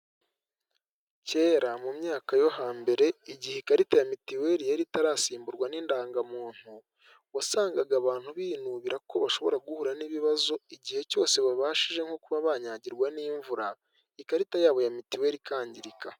Kera mu myaka yo hambere igihe ikarita ya mitiweli yari itarasimburwa n'indangamuntu, wasangaga abantu binubira ko bashobora guhura n'ibibazo, igihe cyose babashije nko kuba banyagirwa n'imvura ikarita y'abo ya mitiweli ikangirika.